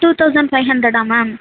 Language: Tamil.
டூ தௌசண்ட் ஃபைவ் ஹண்ட்ரடா மேம்